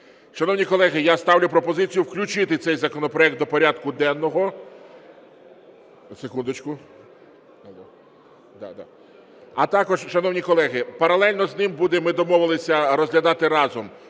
Шановні колеги, я ставлю пропозицію включити цей законопроект до порядку денного… Секундочку. А також, шановні колеги, паралельно з ним буде, ми домовились розглядати разом,